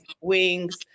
Wings